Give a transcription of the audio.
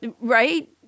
Right